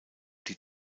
die